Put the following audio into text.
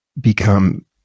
become